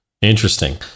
Interesting